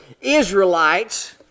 Israelites